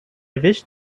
wish